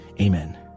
Amen